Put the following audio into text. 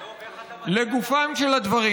דב, איך אתה מציע, לגופם של הדברים.